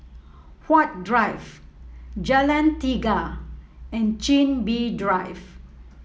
Huat Drive Jalan Tiga and Chin Bee Drive